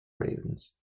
ravens